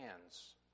hands